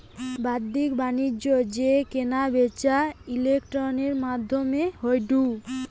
বাদ্দিক বাণিজ্য যেই কেনা বেচা ইন্টারনেটের মাদ্ধমে হয়ঢু